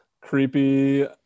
creepy